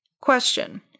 Question